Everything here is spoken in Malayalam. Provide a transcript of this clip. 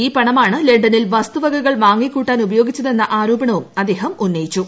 ഈ പണമാണ് ലണ്ടനിൽ വസ്തുവകകൾ വാങ്ങിക്കൂട്ടാൻ ഉപയോഗിച്ചതെന്ന ആരോപണവും അദ്ദേഹം ഉന്നയിച്ചു